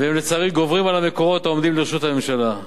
ולצערי הם גוברים על המקורות העומדים לרשות הממשלה.